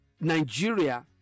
nigeria